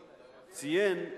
ציין,